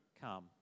come